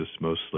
mostly